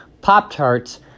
Pop-Tarts